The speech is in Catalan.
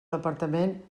departament